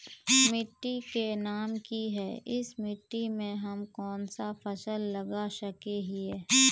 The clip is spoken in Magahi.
मिट्टी के नाम की है इस मिट्टी में हम कोन सा फसल लगा सके हिय?